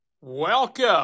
Welcome